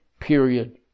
period